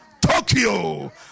tokyo